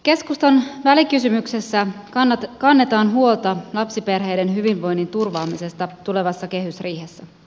keskustan välikysymyksessä kannetaan huolta lapsiperheiden hyvinvoinnin turvaamisesta tulevassa kehysriihessä